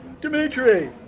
Dimitri